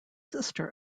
sister